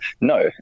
No